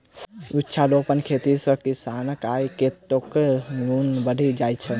वृक्षारोपण खेती सॅ किसानक आय कतेको गुणा बढ़ि जाइत छै